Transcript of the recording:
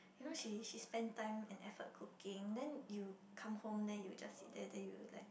you know she she spend time and effort cooking then you come home then you just sit there then you like